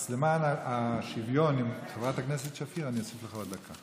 אז למען השוויון עם חברת הכנסת שפיר אני אוסיף לך עוד דקה.